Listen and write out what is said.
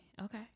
Okay